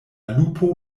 lupo